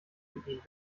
bedient